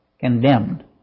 condemned